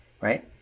right